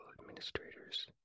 administrators